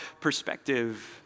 perspective